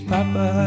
Papa